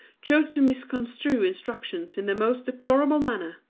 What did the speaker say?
chose to misconstrue instructions in the most deplorable manner.